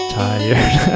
tired